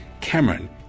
Cameron